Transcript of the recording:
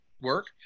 work